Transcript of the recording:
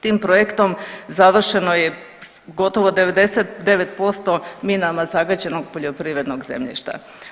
Tim projektom završeno je gotovo 99% minama zagađenog poljoprivrednog zemljišta.